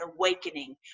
awakening